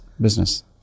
Business